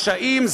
רשאים,